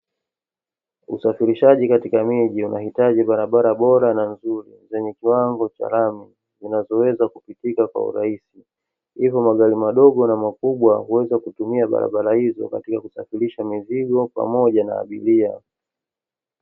Usafirishaji katika miji unahitaji barabara bora na nzuri zenye kiwango cha lami zinazoweza kupitika kwa urahisi, hivyo magari madogo na makubwa huweza kutumia barabara hizo katika kusafirisha mizigo pamoja na abiria.